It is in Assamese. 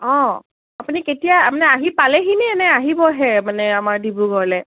অঁ আপুনি কেতিয়া মানে আহি পালেহিনে নে আহিবহে মানে আমাৰ ডিব্ৰুগড়লৈ